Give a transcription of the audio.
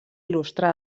il·lustre